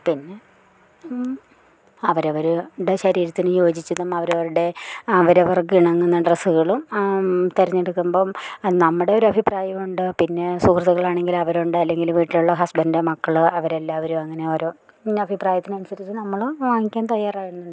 പിന്നെ അവരവരുടെ ശരീരത്തിന് യോജിച്ചതും അവരവരുടെ അവരവർക്ക് ഇണങ്ങുന്ന ഡ്രസ്സുകളും തെരഞ്ഞെടുക്കുമ്പം നമ്മുടെ ഒരഭിപ്രായമുണ്ട് പിന്നെ സുഹൃത്തകളാണെങ്കില് അവരുണ്ട് അല്ലെങ്കില് വീട്ടിലുള്ള ഹസ്ബൻഡ് മക്കള് അവരെല്ലാവരും അങ്ങനെ ഓരോ അഭിപ്രായത്തിനുസരിച്ച് നമ്മള് വാങ്ങിക്കാൻ തയ്യാറാകുന്നുണ്ട്